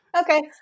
okay